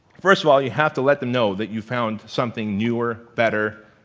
first of all you have to let them know that you found something newer, better,